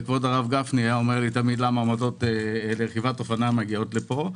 וכבוד הרב גפני אמר לי תמיד למה עמדות רכיבת אופניים מגיעות לפה,